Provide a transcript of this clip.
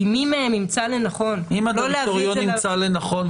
אם מי מהם ימצא לנכון לא להביא את זה --- אם